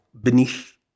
beneath